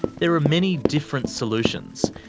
there are many different solutions.